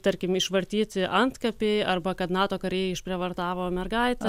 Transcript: tarkim išvartyti antkapiai arba kad nato kariai išprievartavo mergaitę